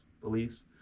beliefs